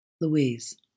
Louise